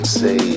say